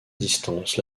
distance